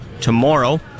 tomorrow